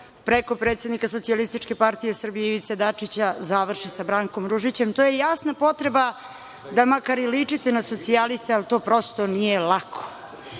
preko predsednika Socijalističke partije Srbije Ivice Dačića završi sa Brankom Ružićem. To je jasna potreba da makar i ličite na socijaliste, ali to prosto nije lako.